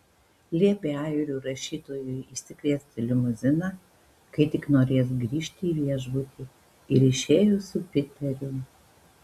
liepė airių rašytojui išsikviesti limuziną kai tik norės grįžti į viešbutį ir išėjo su piteriu